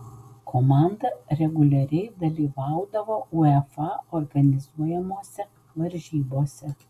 komanda reguliariai dalyvaudavo uefa organizuojamose varžybose